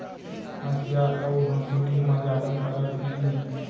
हँसिया अउ हँसुली म जादा फरक नइये